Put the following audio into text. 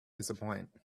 disappoint